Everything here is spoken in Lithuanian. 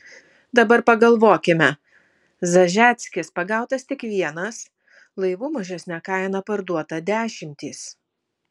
dabar pagalvokime zažeckis pagautas tik vienas laivų mažesne kaina parduota dešimtys